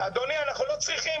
'אדוני אנחנו לא צריכים,